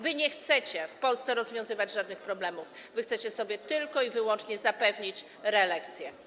Wy nie chcecie w Polsce rozwiązywać żadnych problemów, wy chcecie tylko i wyłącznie zapewnić sobie reelekcję.